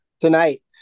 Tonight